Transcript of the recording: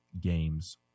games